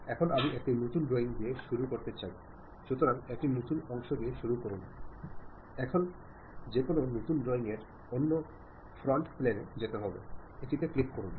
അപ്പോൾ നിങ്ങൾ വേറെ ഏതെങ്കിലും മാധ്യമങ്ങളിലൂടെ അയക്കാൻ തീരുമാനിക്കുന്നു ഫോൺ ചെയ്തു നോക്കാം നിങ്ങളുടെ അധ്യാപകന് ഇമെയിലിലേക്ക് പ്രവേശനക്ഷമത ഇല്ലാത്തതിനാൽ നിങ്ങൾ നേരത്തെ അയച്ച സന്ദേശം ലഭിച്ചില്ലെന്ന് അപ്പോഴാണ് മനസ്സിലാകുന്നത്